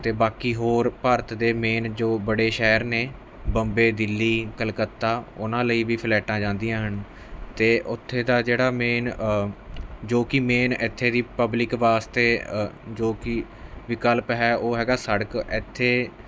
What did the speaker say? ਅਤੇ ਬਾਕੀ ਹੋਰ ਭਾਰਤ ਦੇ ਮੇਨ ਜੋ ਬੜੇ ਸ਼ਹਿਰ ਨੇ ਬੰਬੇ ਦਿੱਲੀ ਕਲਕੱਤਾ ਉਨ੍ਹਾਂ ਲਈ ਵੀ ਫਲੈਟਾਂ ਜਾਂਦੀਆਂ ਹਨ ਅਤੇ ਉੱਥੇ ਦਾ ਜਿਹੜਾ ਮੇਨ ਜੋ ਕਿ ਮੇਨ ਇੱਥੇ ਦੀ ਪਬਲਿਕ ਵਾਸਤੇ ਜੋ ਕਿ ਵਿਕਲਪ ਹੈ ਉਹ ਹੈਗਾ ਸੜਕ ਇੱਥੇ